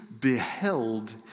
beheld